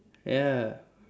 ya